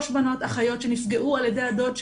אחיות שנפגעו על ידי הדוד שלהן,